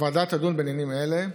הוועדה תדון בעניינים האלה: